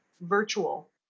virtual